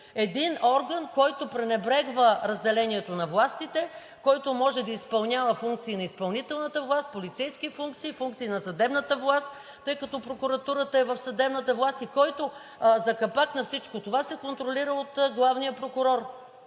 един орган, който пренебрегва разделението на властите, който може да изпълнява функции на изпълнителната власт, полицейски функции, функции на съдебната власт, тъй като прокуратурата е в съдебната власт и който, за капак на всичко това, се контролира от главния прокурор.